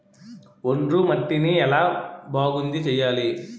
ఒండ్రు మట్టిని ఎలా బాగుంది చేయాలి?